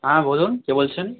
হ্যাঁ বলুন কে বলছেন